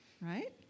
Right